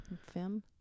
fem